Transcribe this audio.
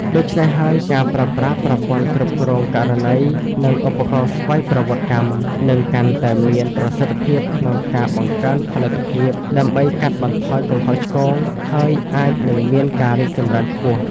ដូច្នេះហើយ ការប្រើប្រាស់ប្រព័ន្ធគ្រប់គ្រងករណី និងឧបករណ៍ស្វ័យប្រវត្តិកម្ម នឹងកាន់តែមានប្រសិទ្ធភាពក្នុងការបង្កើនផលិតភាព ដើម្បីកាត់បន្ថយកំហុសឆ្គង ហើយអាចនិងមានការរីកចម្រើនខ្ពស់។